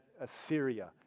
Assyria